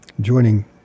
Joining